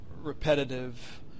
repetitive